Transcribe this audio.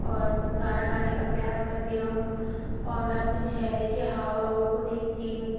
और गाना गाने का प्रयास करती रहूँ और मैं अपनी चेहरे के हाव भाव को देखती हूँ